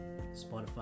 Spotify